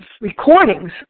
recordings